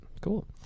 Cool